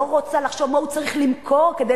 לא רוצה לחשוב מה הוא צריך למכור כדי